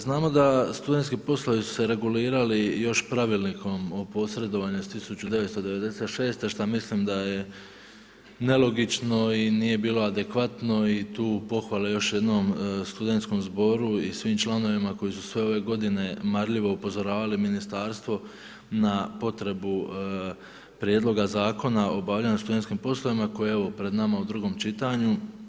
Znamo da studentski poslovi su se regulirali još pravilnikom o posredovanju iz 1996. šta mislim da je nelogično i nije bilo adekvatno i tu pohvale još jednom studentskom zboru i svim članovima koji su sve ove godine marljivo upozoravali ministarstvo na potrebu Prijedloga zakona o obavljanju studentskim poslovima koje je evo pred nama u drugom čitanju.